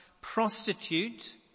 prostitute